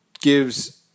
gives